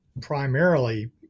primarily